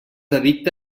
addicte